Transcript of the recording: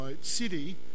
city